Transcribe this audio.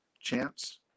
Chance